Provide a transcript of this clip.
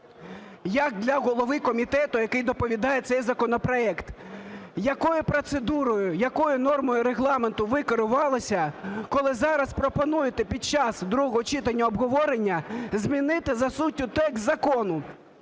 як до голови комітету, який доповідає цей законопроект. Якою процедурою, якою нормою Регламенту ви керувалися, коли зараз пропонуєте під час другого читання обговорення змінити за суттю текст закону?